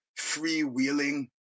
freewheeling